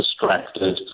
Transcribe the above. distracted